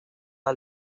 del